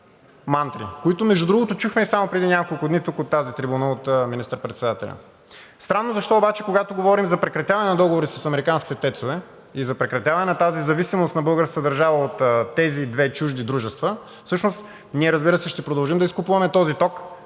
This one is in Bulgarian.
мантри, които, между другото, чухме само преди няколко дни тук от тази трибуна от министър-председателя. Странно защо обаче, когато говорим за прекратяването на договорите с американските тецове и за прекратяването на зависимостта на българската държава от тези две чужди дружества, всъщност ние ще продължим да изкупуваме този ток,